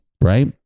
right